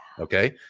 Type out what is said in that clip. Okay